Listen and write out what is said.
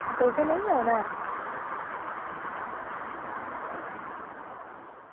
तुसें नेईं औना ऐ